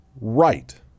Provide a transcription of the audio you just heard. right